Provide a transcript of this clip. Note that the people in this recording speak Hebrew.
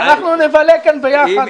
אנחנו נבלה כאן ביחד.